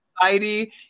society